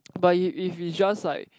but if if is just like